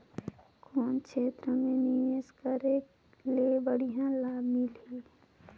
कौन क्षेत्र मे निवेश करे ले बढ़िया लाभ मिलही?